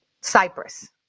cyprus